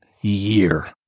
year